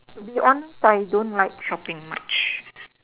to be honest I don't like shopping much